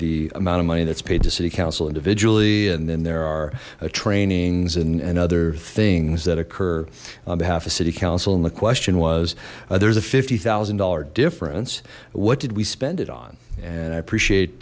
the amount of money that's paid to city council individually and then there are trainings and and other things that occur on behalf of city council and the question was there's a fifty thousand dollars difference what did we spend it on and i appreciate